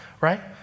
Right